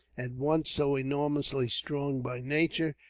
at once so enormously strong by nature,